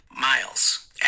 miles